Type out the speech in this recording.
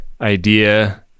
idea